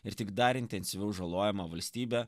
ir tik dar intensyviau žalojama valstybė